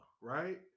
Right